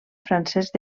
francesc